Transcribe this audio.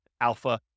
alpha